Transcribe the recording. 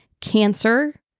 cancer